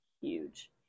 huge